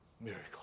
Miracle